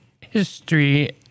history